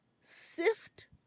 sift